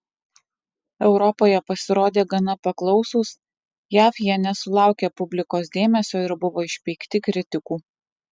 europoje pasirodė gana paklausūs jav jie nesulaukė publikos dėmesio ir buvo išpeikti kritikų